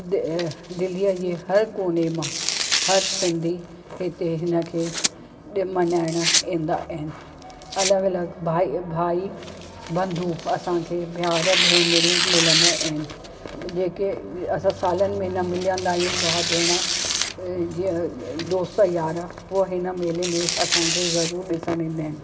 the दिलीअ जे हर कोने मां हर सिंधी हिते हिन खे ॾिण मल्हाइण ईंदा आहिनि अलॻि अलॻि भाई भाई बंदू असांखे भावरु भेनरियूं मिलंदा आहिनि जेके असां सालन में न मिलंदा आहियूं भाउ भेण जीअं दोस्त यार हूअ हिन मेले में असांखे ज़रूर ॾिसण ईंदा आहिनि